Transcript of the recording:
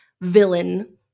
villain